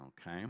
okay